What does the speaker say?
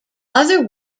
other